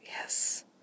Yes